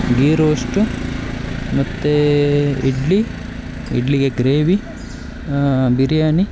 ghee roast ಮತ್ತು ಇಡ್ಲಿ ಇಡ್ಲಿಗೆ gravy biryani